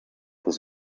his